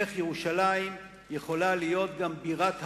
איך ירושלים יכולה להיות גם בירת העולם,